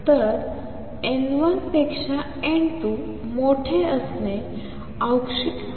तर n1 पेक्षा n2 मोठे असणे औष्णिकपणे शक्य नाही